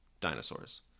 dinosaurs